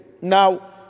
Now